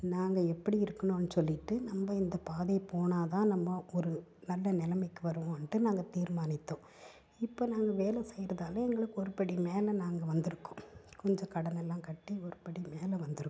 நாங்கள் எப்படி இருக்கணுன்னு சொல்லிகிட்டு நம்ம பாதை போனால் தான் ஒரு நல்ல நிலமைக்கு வருவோண்ட்டு நாங்கள் தீர்மானித்தோம் இப்போ நாங்கள் வேலை செய்ததால் எங்களுக்கு ஒரு படி மேலே நாங்கள் வந்துருக்கோம் கொஞ்சம் கடனெல்லாம் கட்டி ஒரு படி மேலே வந்துருக்கோம்